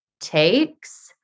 takes